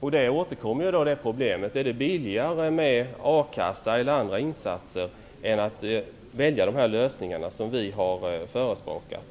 Problemet återkommer: Är det billigare med akassa och andra insatser än att välja de lösningar vi har förespråkat?